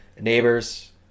neighbor's